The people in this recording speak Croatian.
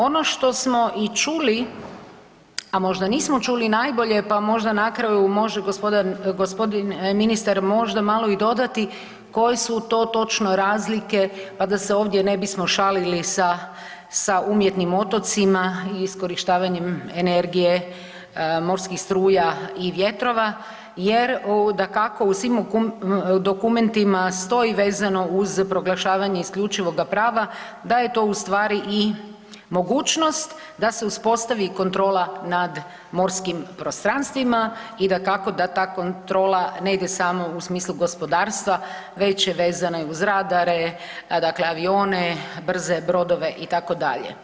Ono što smo i čuli, a možda nismo čuli najbolje, pa možda na kraju može g. ministar možda malo i dodati koje su to točno razlike, pa da se ovdje ne bismo šalili sa, sa umjetnim otocima i iskorištavanjem energije morskih struja i vjetrova jer dakako u svim dokumentima stoji vezano uz proglašavanje isključivoga prava da je to u stvari i mogućnost da se uspostavi kontrola nad morskim prostranstvima i dakako da ta kontrola ne ide samo u smislu gospodarstva već je vezana i uz radare, a dakle avione, brze brodove itd.